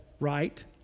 right